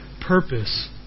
purpose